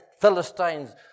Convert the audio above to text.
Philistines